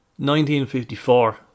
1954